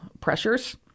pressures